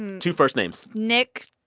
two first names nick,